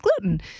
gluten